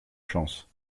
chance